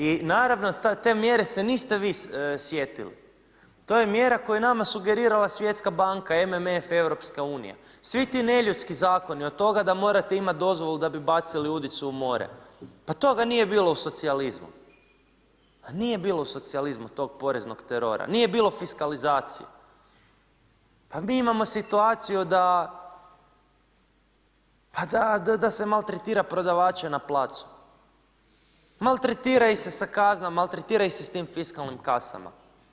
I naravno te mjere se niste vi sjetili, to je mjera koju je nama sugerirala Svjetska banka, MMF, EU, svi ti neljudski Zakoni, od toga da morate dozvolu da bi bacili uzicu u more, pa toga nije bilo u socijalizmu, a nije bilo u socijalizmu tog poreznog terora, nije bilo fiskalizacije, pa mi imamo situaciju da se maltretira prodavače na placu, maltretira ih se sa kaznama, maltretira ih se sa tim fiskalnim kasama.